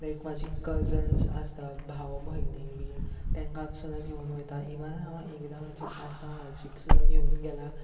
लायक म्हाजी कजन्स आसा भाव भयणी बी तेंकां सुद्दा घेवन वयता इवन हांव एकदां म्हाजी आजो आजीक सुद्दां घेवन गेलां